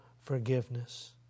forgiveness